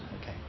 Okay